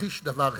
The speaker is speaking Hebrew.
להכחיש דבר אחד.